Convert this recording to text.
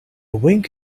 wink